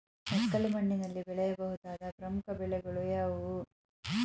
ಮೆಕ್ಕಲು ಮಣ್ಣಿನಲ್ಲಿ ಬೆಳೆಯ ಬಹುದಾದ ಪ್ರಮುಖ ಬೆಳೆಗಳು ಯಾವುವು?